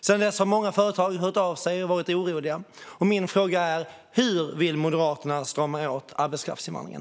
Sedan dess har många företag hört av sig och varit oroliga. Min fråga är: Hur vill Moderaterna strama åt arbetskraftsinvandringen?